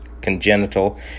congenital